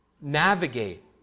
navigate